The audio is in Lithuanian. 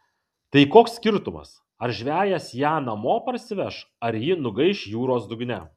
tai koks skirtumas ar žvejas ją namo parsiveš ar ji nugaiš jūros dugne